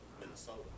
Minnesota